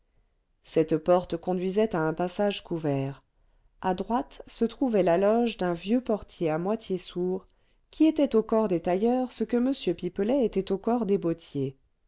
cette porte conduisait à un passage couvert à droite se trouvait la loge d'un vieux portier à moitié sourd qui était au corps des tailleurs ce que m pipelet était au corps des bottiers